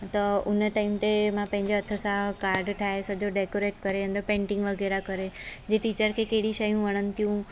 त हुन टाइम ते मां पंहिंजे हथ सां काड ठाहे सॼो डेकोरेट करे अंदरि पेंटिंग वग़ैरह करे जीअं टीचर खे कहिड़ी शयूं वणनि थियूं